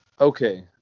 Okay